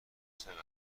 چقدر